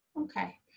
okay